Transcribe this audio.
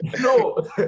No